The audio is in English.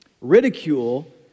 Ridicule